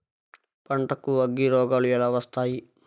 పంటకు అగ్గిరోగాలు ఎలా వస్తాయి?